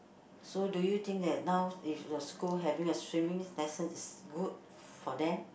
so do you think that now if the school having a swimming lesson is good for them